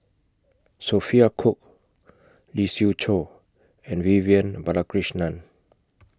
Sophia Cooke Lee Siew Choh and Vivian Balakrishnan